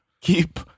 Keep